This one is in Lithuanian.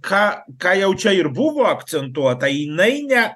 ką ką jau čia ir buvo akcentuota jinai ne